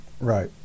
Right